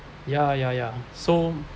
ya ya ya so